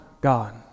God